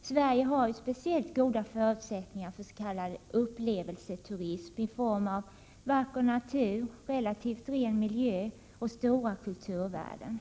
Sverige har ju speciellt goda förutsättningar för s.k. upplevelseturism i form av vacker natur, relativt ren miljö och stora kulturvärden.